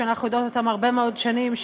שאנחנו יודעות אותם הרבה מאוד שנים,